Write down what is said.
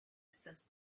since